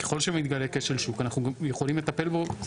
ככל שמתגלה כשל שוק אנחנו יכולים לטפל בו.